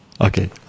Okay